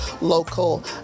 local